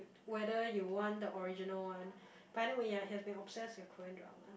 whether you want the original one but anyway ya he has been obsessed with Korean drama